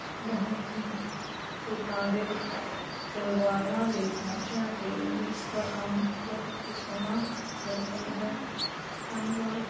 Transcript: ਬਹੁਤ ਹੀ ਸੂਟਾਂ ਦੇ ਸਲਵਾਰਾਂ ਦੇ ਪੌਂਂਚਿਆਂ 'ਤੇ ਵੀ ਇਸ ਦਾ ਕੰਮ ਬਹੁਤ ਹੀ ਸੋਹਣਾ ਲੱਗਦਾ ਹੈ ਧੰਨਵਾਦ